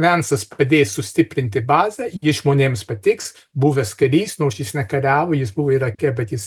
vencas padės sustiprinti bazę žmonėms patiks buvęs karys nors jis nekariavo jis buvo irake bet jis